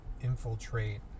infiltrate